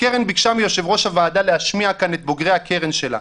הקרן ביקשה מיושב-ראש הוועדה להשמיע כאן את בוגרי הקרן שלה.